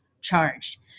charged